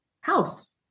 house